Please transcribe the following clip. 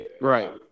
Right